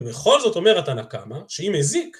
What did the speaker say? ובכל זאת אומר התנא קמא, שאם הזיק